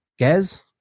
Gaz